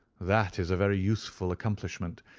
that is a very useful accomplishment,